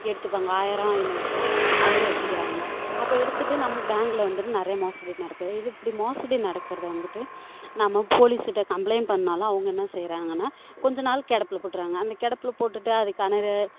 எடுத்துப்பாங்க ஆயிரம் ஐநூறுபா அவங்க எடுத்துக்கிறாங்க அப்போ எடுத்துகிட்டு நம்ம பேங்கில் வந்துவிட்டு நிறைய மோசடி நடக்குது இது இப்படி மோசடி நடக்கறதை வந்துவிட்டு நம்ம போலீஸிகிட்ட கம்பளைண்ட் பண்ணாலும் அவங்க என்ன செய்யறாங்கன்னா கொஞ்ச நாள் கிடப்புல போட்டுறாங்க அந்த கிடப்புல போட்டுவிட்டு அதுக்கான